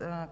на